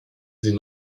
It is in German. sie